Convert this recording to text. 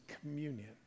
communion